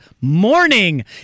morning